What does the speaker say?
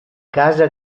casa